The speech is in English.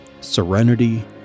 serenity